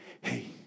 Hey